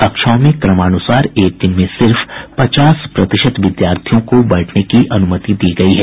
कक्षाओं में क्रमानुसार एक दिन में सिर्फ पचास प्रतिशत विद्यार्थियों को बैठने की अनुमति दी गई है